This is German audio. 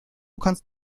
kannst